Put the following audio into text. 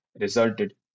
resulted